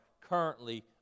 currently